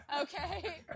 Okay